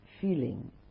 feeling